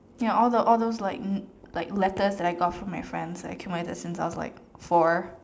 ya all the all those like um like letters that I got from my friends that I accumulated since I was four